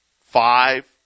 five